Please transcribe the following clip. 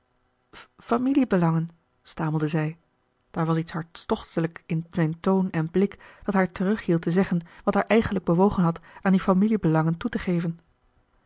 familiebelangen stamelde zij daar was iets hartstochtelijks in zijn toon en blik dat haar terughield te zeggen wat haar eigenlijk bewogen had aan die familiebelangen toe te geren